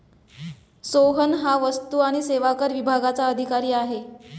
सोहन हा वस्तू आणि सेवा कर विभागाचा अधिकारी आहे